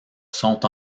sont